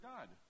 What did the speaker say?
God